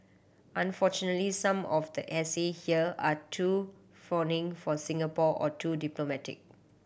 unfortunately some of the essay here are too fawning for Singapore or too diplomatic